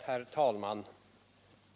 Herr talman!